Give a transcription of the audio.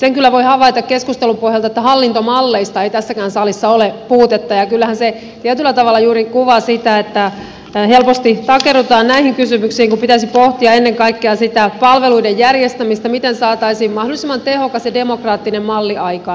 sen kyllä voi havaita keskustelun pohjalta että hallintomalleista ei tässäkään salissa ole puutetta ja kyllähän se tietyllä tavalla juuri kuvaa sitä että helposti takerrutaan näihin kysymyksiin kun pitäisi pohtia ennen kaikkea sitä palveluiden järjestämistä miten saataisiin mahdollisimman tehokas ja demokraattinen malli aikaan